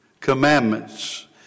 commandments